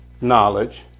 knowledge